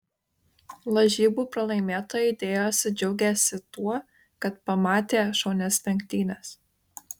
lažybų pralaimėtojai dėjosi džiaugiąsi tuo kad pamatė šaunias lenktynes